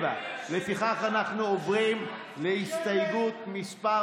7. לפיכך אנחנו עוברים להסתייגות מס'